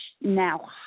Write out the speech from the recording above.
now